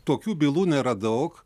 tokių bylų nėra daug